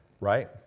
right